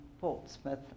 Portsmouth